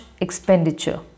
expenditure